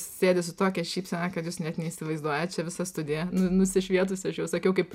sėdi su tokia šypsena kad jūs net neįsivaizduojat čia visa studija nusišvietus aš jau sakiau kaip